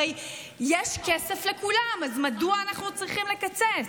הרי יש כסף לכולם, אז מדוע אנחנו צריכים לקצץ?